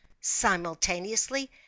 Simultaneously